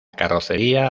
carrocería